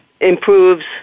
improves